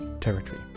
territory